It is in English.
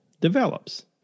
develops